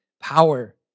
power